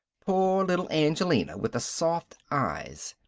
poor little angelina with the soft eyes.